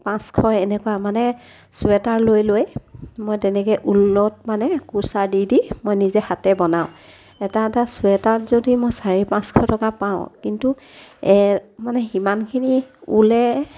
পাঁচশ এনেকুৱা মানে চুৱেটাৰ লৈ লৈ মই তেনেকৈ ঊলত মানে কুৰ্চাৰ দি দি মই নিজে হাতে বনাওঁ এটা এটা চুৱেটাৰত যদি মই চাৰি পাঁচশ টকা পাওঁ কিন্তু মানে সিমানখিনি ঊলে